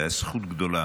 זו הייתה זכות גדולה